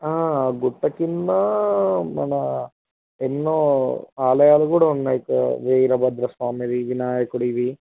గుట్ట క్రింద మన ఎన్నో ఆలయాలు కూడా ఉన్నాయి సార్ వీరభద్ర స్వామివి వినాయకుడివి